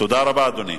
תודה רבה, אדוני.